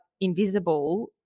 invisible